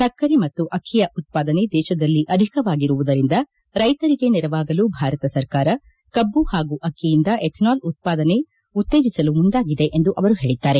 ಸಕ್ಕರೆ ಮತ್ತು ಅಕ್ಕಿಯ ಉತ್ಪಾದನೆ ದೇಶದಲ್ಲಿ ಅಧಿಕವಾಗಿರುವುದರಿಂದ ರೈತರಿಗೆ ನೆರವಾಗಲು ಭಾರತ ಸರ್ಕಾರ ಕಬ್ಬು ಹಾಗೂ ಅಕ್ಕಿಯಿಂದ ಎಥನಾಲ್ ಉತ್ಪಾದನೆ ಉತ್ತೇಜಿಸಲು ಮುಂದಾಗಿದೆ ಎಂದು ಅವರು ಹೇಳಿದ್ದಾರೆ